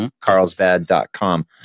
carlsbad.com